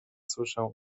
słyszę